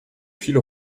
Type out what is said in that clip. fil